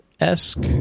esque